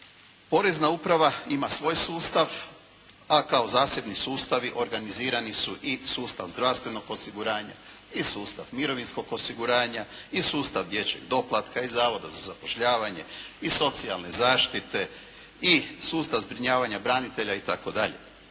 Porezna uprava ima svoj sustav, a kao zasebni sustavi organizirani su i sustav zdravstvenog osiguranja i sustav mirovinskog osiguranja i sustav dječjeg doplatka i Zavoda za zapošljavanje i socijalne zaštite i sustav zbrinjavanja branitelja itd.